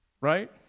right